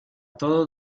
todos